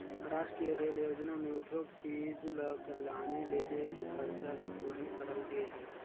रास्टीय रेल योजना में उद्योग चीच ल लाने लेजे के खरचा ल थोरहें करल गे हे